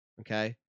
okay